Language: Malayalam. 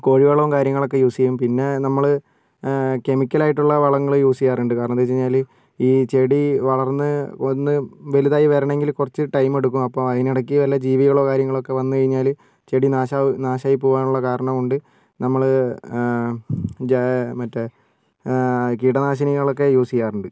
കോഴി വളവും കാര്യങ്ങളൊക്കെ യൂസ് ചെയ്യും പിന്നെ നമ്മൾ കെമിക്കൽ ആയിട്ടുള്ള വളങ്ങൾ യൂസ് ചെയ്യാറുണ്ട് കാരണം എന്താണെന്ന് വെച്ചുകഴിഞ്ഞാൽ ഈ ചെടി വളർന്നു ഒന്ന് വലുതായി വരണമെങ്കിൽ കുറച്ച് ടൈം എടുക്കും അപ്പോൾ അതിന് ഇടയ്ക്ക് വല്ല ജീവികളോ കാര്യങ്ങളോ ഒക്കെ വന്നു കഴിഞ്ഞാൽ ചെടി നാശ നാശമായി പോകാനുള്ള കാരണം കൊണ്ട് നമ്മൾ മറ്റേ കീടനാശിനികളൊക്കെ യൂസ് ചെയ്യാറുണ്ട്